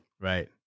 Right